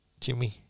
Jimmy